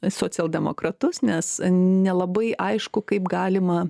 socialdemokratus nes nelabai aišku kaip galima